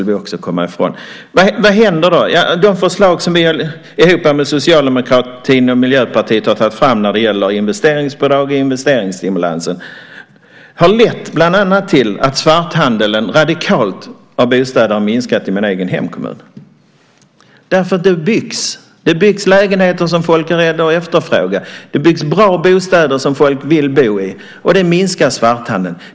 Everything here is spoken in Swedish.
De förslag som vi har tagit fram tillsammans med Socialdemokraterna och Miljöpartiet när det gäller investeringsbidrag och investeringsstimulans har bland annat lett till att svarthandeln med bostäder radikalt har minskat i min hemkommun. Det byggs lägenheter som folk har råd att efterfråga. Det byggs bra bostäder som folk vill bo i. Det minskar svarthandeln.